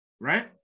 right